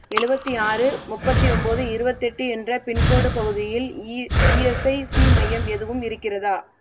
எழுவத்தி ஆறு முப்பத்தி ஒன்போது இருபத்தெட்டு என்ற பின்கோடு பகுதியில் இ இஎஸ்ஐசி மையம் எதுவும் இருக்கிறதா